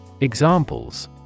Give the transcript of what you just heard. Examples